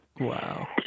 Wow